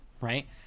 right